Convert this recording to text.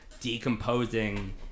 decomposing